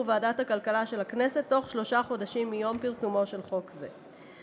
ועדת הכלכלה של הכנסת בתוך שלושה חודשים מיום פרסומו של חוק זה.